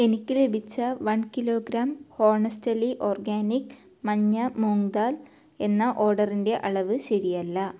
എനിക്ക് ലഭിച്ച one kilogram honestly organic മഞ്ഞ മൂംഗ് ദാൽ എന്ന ഓർഡറിന്റെ അളവ് ശരിയല്ല